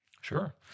Sure